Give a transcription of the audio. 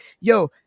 yo